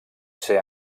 ser